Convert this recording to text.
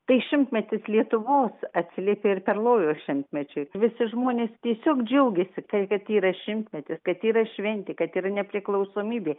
tai šimtmetis lietuvos atsiliepė ir perlojos šimtmečiui visi žmonės tiesiog džiaugiasi tai kad yra šimtmetis kad yra šventė kad yra nepriklausomybė